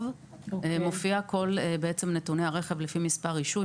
שבו מופיעים כל נתוני הרכב לפי מספר רישוי,